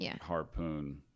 harpoon